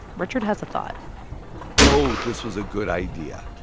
richard has a thought oh, this was a good idea.